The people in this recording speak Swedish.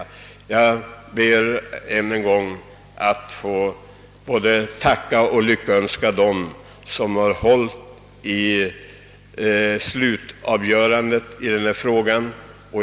Jag ber att än en gång få både tacka och lyckönska dem som har deltagit i slutavgörandet av denna fråga.